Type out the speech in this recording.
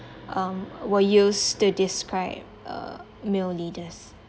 um were used to describe uh male leaders